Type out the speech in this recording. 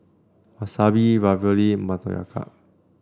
Wasabi Ravioli Motoyaki